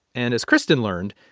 and as kristen learned,